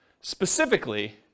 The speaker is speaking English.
specifically